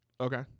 Okay